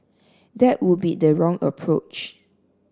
that would be the wrong approach